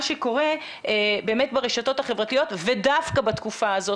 שקורה באמת ברשתות החברתיות ודווקא בתקופה הזאת,